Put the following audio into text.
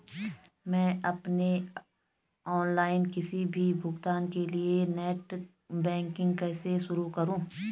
मैं अपने ऑनलाइन किसी भी भुगतान के लिए नेट बैंकिंग कैसे शुरु करूँ?